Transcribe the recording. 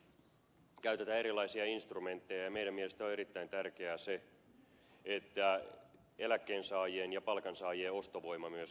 eri maissa käytetään erilaisia instrumentteja ja meidän mielestämme on erittäin tärkeää se että eläkkeensaajien ja palkansaajien ostovoima myös kasvaa